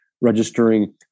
registering